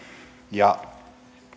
ja